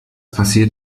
passiert